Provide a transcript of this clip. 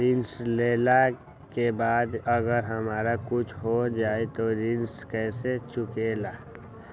ऋण लेला के बाद अगर हमरा कुछ हो जाइ त ऋण कैसे चुकेला?